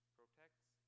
protects